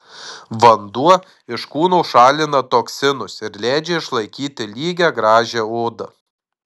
vanduo iš kūno šalina toksinus ir leidžia išlaikyti lygią gražią odą